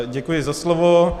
Děkuji za slovo.